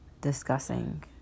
discussing